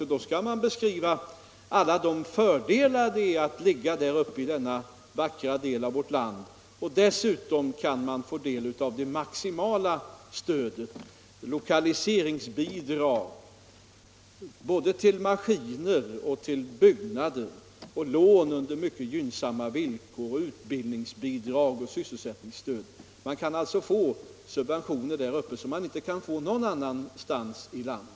För dessa får man då beskriva alla de fördelar som är förenade med att vara placerad uppe i denna vackra del av vårt land, där man dessutom kan få maximalt lokaliseringsstöd i form av bidrag till maskiner och till byggnader, i form av lån på mycket gynnsamma villkor, i form av utbildningsbidrag och i form av sysselsättningsstöd. Man kan alltså få subventioner där uppe som man inte kan få i någon annan del av landet.